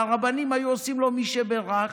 והרבנים היו עושים לו מי שבירך,